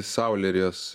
saulė ir jos